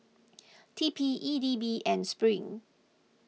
T P E D B and Spring